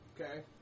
Okay